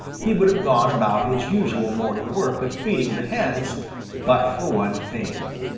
he would have gone about his usual morning work of feeding the hens but for one thing.